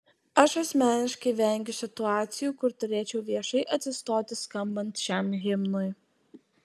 aš asmeniškai vengiu situacijų kur turėčiau viešai atsistoti skambant šiam himnui